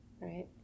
right